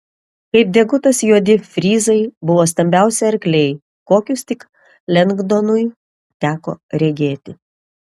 kaip degutas juodi fryzai buvo stambiausi arkliai kokius tik lengdonui teko regėti